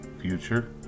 future